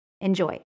Enjoy